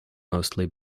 mostly